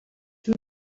two